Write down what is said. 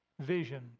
vision